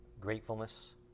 gratefulness